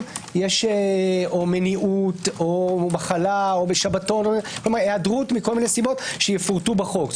יש מניעות או מחלה או שבתון היעדרות מסיבות שונות שיפורטו בחוק.